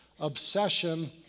obsession